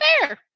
fair